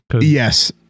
Yes